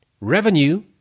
revenue